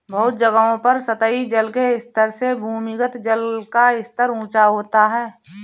बहुत जगहों पर सतही जल के स्तर से भूमिगत जल का स्तर ऊँचा होता है